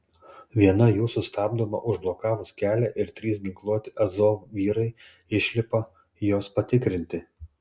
viena jų sustabdoma užblokavus kelią ir trys ginkluoti azov vyrai išlipa jos patikrinti